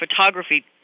photography